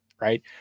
right